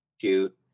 shoot